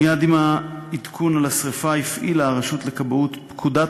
מייד עם העדכון על השרפה הפעילה הרשות לכבאות פקודת